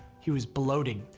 he was bloating.